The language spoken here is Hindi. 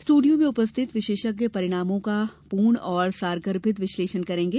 स्टूडियो में उपस्थित विशेषज्ञ परिणामों का पूर्ण और सारगर्भित विश्लेषण करेंगे